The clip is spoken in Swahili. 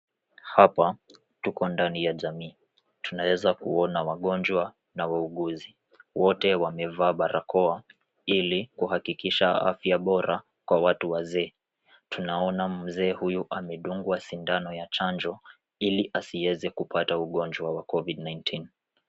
Hapa tuko ndani ya jamii. Tunaeza kuona wagonjwa na wauguzi. Wote wamevaa barakoa, ili kuhakikisha afya bora kwa watu wazee. Tunaona mzee huyu amedungwa sindano ya chanjo, ili asieze kupata ugonjwa wa Covid-19 .